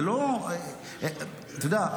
אתה יודע,